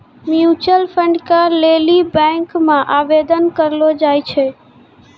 mutual fund के लेली bank मे आवेदन करलो जाय छै